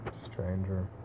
stranger